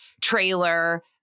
trailer